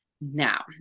now